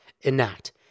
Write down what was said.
enact